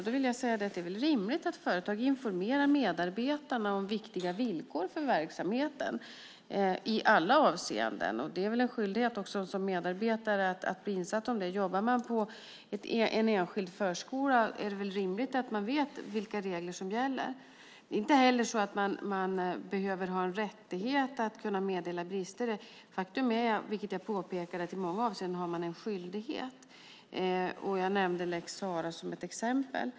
Det är väl rimligt att företag informerar medarbetarna om viktiga villkor för verksamheten i alla avseenden. Det är väl också en skyldighet man har som medarbetare. Om man jobbar på en enskild förskola är det väl rimligt att man vet vilka regler som gäller. Man behöver inte heller ha någon rättighet att meddela brister. Som jag påpekade har man i många avseenden en skyldighet. Jag nämnde lex Sarah som exempel.